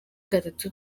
gatatu